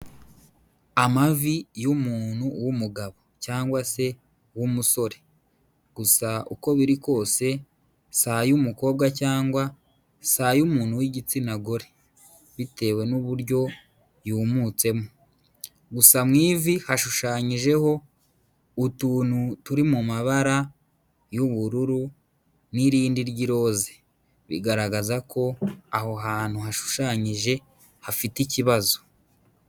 Amavi y'umuntu w'umugabo cyangwa se w'umusore, gusa uko biri kose si ay'umukobwa cyangwa si ay'umuntu w'igitsina gore, bitewe n'uburyo yumutsemo. Gusa mu ivi hashushanyijeho utuntu turi mu mabara y'ubururu n'irindi ry'iroze. Bigaragaza ko aho hantu hashushanyije hafite ikibazo.